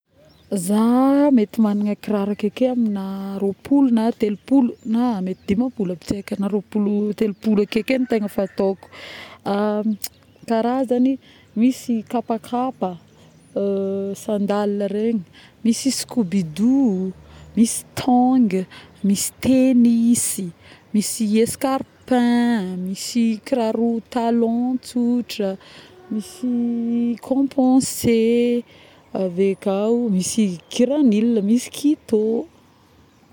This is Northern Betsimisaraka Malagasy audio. za mety magnana kiraro akeke amina roapolo na telopolo na mety dimampolo na telopolo akeke no tegna fatôko ˂noise˃ karazagny misy kapakapa˂hesitation˃ sandale regny misy scoubidou, misy tongue, misy tennis, misy escarpin, misy kiraro talon tsotra, misy compensé, avekao misy kiranil, misy kito